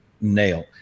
nail